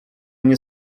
nie